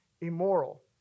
immoral